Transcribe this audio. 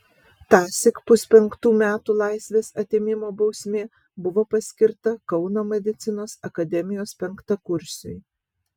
tąsyk puspenktų metų laisvės atėmimo bausmė buvo paskirta kauno medicinos akademijos penktakursiui